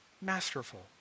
masterful